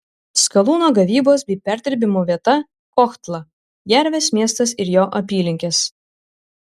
skalūno gavybos bei perdirbimo vieta kohtla jervės miestas ir jo apylinkės